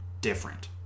different